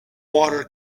water